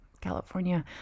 california